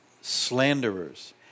slanderers